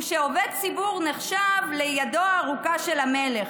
שעובד ציבור נחשב לידו הארוכה של המלך,